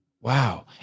Wow